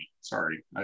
sorry